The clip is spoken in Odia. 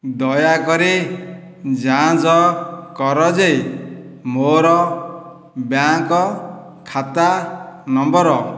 ଦୟାକରି ଯାଞ୍ଚ କର ଯେ ମୋ'ର ବ୍ୟାଙ୍କ୍ ଖାତା ନମ୍ବର